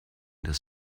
des